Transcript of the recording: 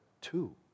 two